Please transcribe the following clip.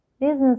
business